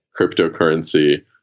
cryptocurrency